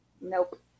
Nope